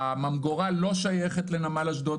הממגורה לא שייכת לנמל אשדוד,